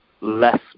less